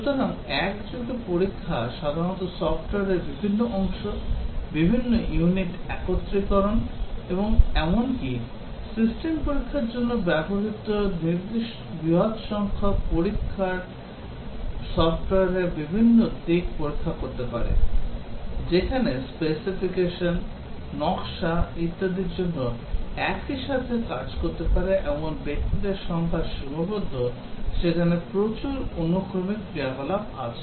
সুতরাং একযোগে পরীক্ষা সাধারণত সফট্ওয়ারের বিভিন্ন অংশ বিভিন্ন ইউনিট একত্রীকরণ এবং এমনকি সিস্টেম পরীক্ষার জন্য বৃহত সংখ্যক পরীক্ষক সফট্ওয়ারের বিভিন্ন দিক পরীক্ষা করতে পারে যেখানে স্পেসিফিকেশন নকশা ইত্যাদির জন্য একই সাথে কাজ করতে পারে এমন ব্যক্তিদের সংখ্যা সীমাবদ্ধ সেখানে প্রচুর অনুক্রমিক ক্রিয়াকলাপ আছে